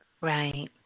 Right